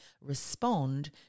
respond